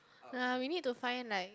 uh we need to find like